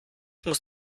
muss